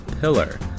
Pillar